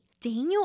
Daniel